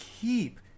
keep